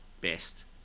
best